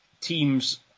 teams